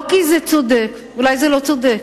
לא כי זה צודק, אולי זה לא צודק,